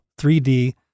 3D